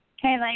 Okay